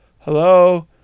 hello